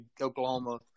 Oklahoma